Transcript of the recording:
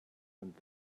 and